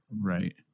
Right